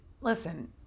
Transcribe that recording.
listen